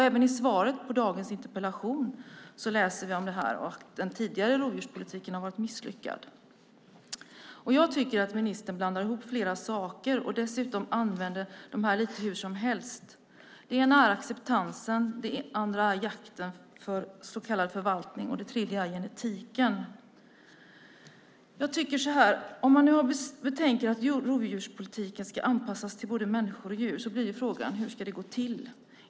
Även i svaret på dagens interpellation läser vi om det här och att den tidigare rovdjurspolitiken har varit misslyckad. Jag tycker att ministern blandar ihop flera saker och dessutom använder dem lite hur som helst. Det första är acceptansen. Det andra är jakten och så kallad förvaltning. Det tredje är genetiken. Om man nu betänker att rovdjurspolitiken ska anpassas till både människor och djur blir frågan: Hur ska det gå till?